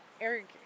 Eric